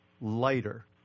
lighter